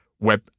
web